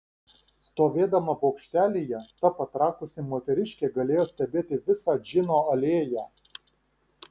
stovėdama bokštelyje ta patrakusi moteriškė galėjo stebėti visą džino alėją